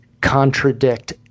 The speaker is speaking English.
contradict